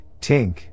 tink